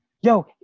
Yo